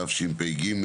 התשפ"ג.